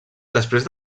després